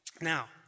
Now